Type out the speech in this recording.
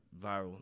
viral